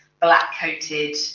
black-coated